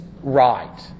right